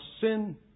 sin